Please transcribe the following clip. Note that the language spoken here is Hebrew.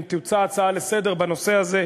אם תוצע הצעה לסדר-היום בנושא הזה,